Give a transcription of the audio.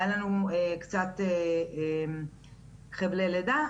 היו לנו קצת חבלי לידה.